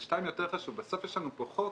ושתיים, יותר חשוב, בסוף יש לנו פה חוק